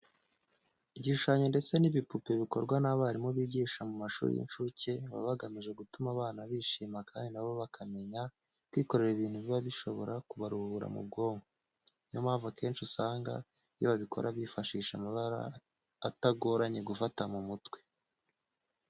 Ibishushanyo ndetse n'ibipupe bikorwa n'abarimu bigisha mu mashuri y'incuke baba bagamije gutuma abana bishima kandi na bo bakamenya kwikorera ibintu biba bishobora kubaruhura mu bwonko. Niyo mpamvu akenshi usanga iyo babikora bifashisha amabara atagoranye gufata mu mutwe.